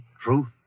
truth